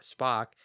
Spock